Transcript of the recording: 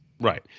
Right